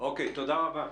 תודה רבה.